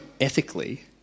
ethically